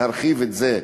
להרחיב את זה,